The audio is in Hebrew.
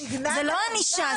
זו לא ענישה,